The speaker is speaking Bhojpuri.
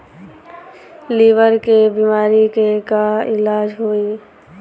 लीवर के बीमारी के का इलाज होई?